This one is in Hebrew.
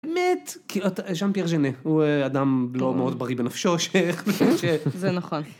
באמת, שם פיאר ג'נה, הוא אדם לא מאוד בריא בנפשו, שאיכשהו... זה נכון.